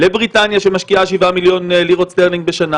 לבריטניה שמשקיעה 7 מיליון לירות סטרלינג בשנה?